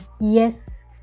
Yes